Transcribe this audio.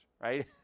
right